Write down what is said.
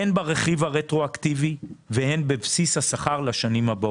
הן ברכיב הרטרואקטיבי והן בבסיס השכר לשנים הבאות.